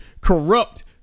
corrupt